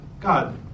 God